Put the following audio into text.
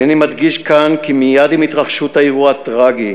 הנני מדגיש כאן, כי מייד עם התרחשות האירוע הטרגי